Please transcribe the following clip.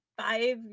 five